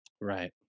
Right